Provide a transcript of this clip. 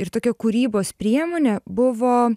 ir tokia kūrybos priemonė buvo